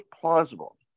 plausible